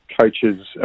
coaches